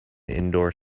indoor